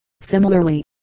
Similarly